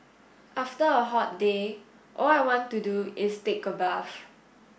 after a hot day all I want to do is take a bath